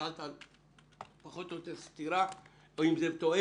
שאלת על סתירה או האם זה תואם.